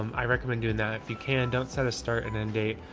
um i recommend doing that if you can. don't set a start and and date,